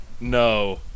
No